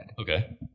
okay